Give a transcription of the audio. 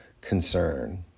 concern